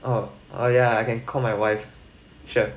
oh oh yeah can call my wife sure